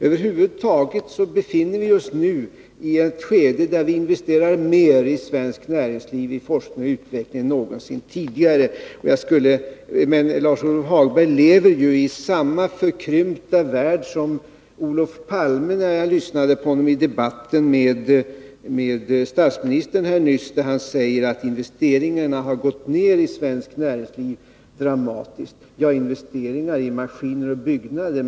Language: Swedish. Över huvud taget befinner vi oss i ett skede där vi investerar mer i svenskt näringsliv med avseende på forskning och utveckling än någonsin tidigare. Men Lars-Ove Hagberg lever i samma förkrympta värld som Olof Palme, att döma av hans debatt med statsministern nyss, där han sade att investeringarna i svenskt näringsliv har gått ned dramatiskt. Ja, om man enbart ser till investeringar i maskiner och byggnader.